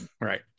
right